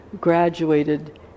graduated